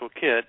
kit